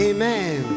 Amen